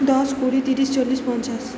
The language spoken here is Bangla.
দশ কুড়ি তিরিশ চল্লিশ পঞ্চাশ